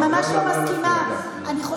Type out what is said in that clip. הם בזו, הם בזו, אני ממש לא מסכימה.